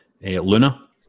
Luna